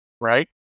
Right